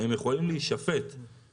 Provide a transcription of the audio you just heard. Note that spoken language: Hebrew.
הם יכולים להוריד את הפיגורים,